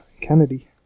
Kennedy